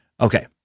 Okay